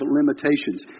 limitations